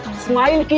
smile.